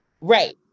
Right